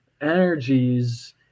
energies